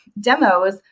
demos